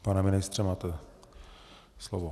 Pane ministře, máte slovo.